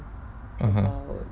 (uh huh)